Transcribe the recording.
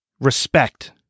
Respect